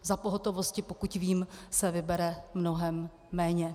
Za pohotovosti, pokud vím, se vybere mnohem méně.